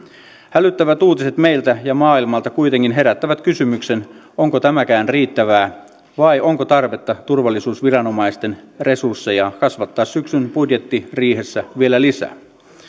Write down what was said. hälyttävät uutiset meiltä ja maailmalta kuitenkin herättävät kysymyksen onko tämäkään riittävää vai onko tarvetta turvallisuusviranomaisten resursseja kasvattaa syksyn budjettiriihessä vielä lisää